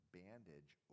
bandage